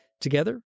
Together